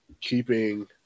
keeping –